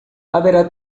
haverá